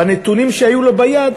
בנתונים שהיו לו ביד,